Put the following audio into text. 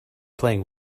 playing